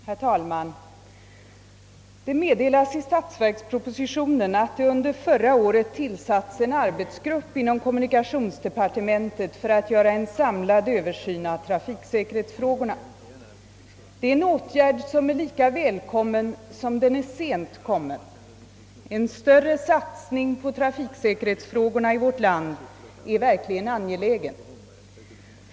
Herr talman! Det meddelas i statsverkspropositionen att det under förra året tillsatts en arbetsgrupp inom kommunikationsdepartementet för att göra en samlad översyn av trafiksäkerhetsfrågorna. Denna åtgärd är lika välkommen som den är sent kommen. En större satsning på trafiksäkerhetsfrågorna i vårt land är verkligen angelägen.